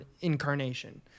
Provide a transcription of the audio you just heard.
incarnation